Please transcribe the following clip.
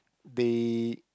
they